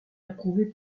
approuvée